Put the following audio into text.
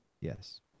Yes